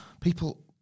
people